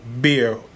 beer